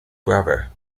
brother